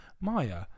maya